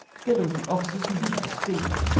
together with the officers and men of the speedy.